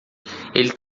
ele